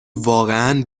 واقعا